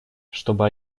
чтобы